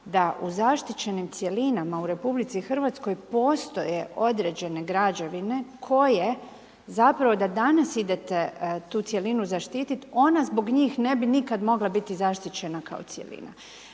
da u zaštićenim cjelinama u RH postoje određene građevine koje zapravo da danas idete tu cjelinu zaštitit, ona zbog njih nikad ne bi mogla biti zaštićena kao cjelina.